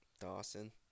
Dawson